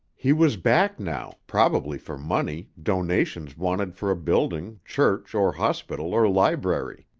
he was back now, probably for money, donations wanted for a building, church or hospital or library.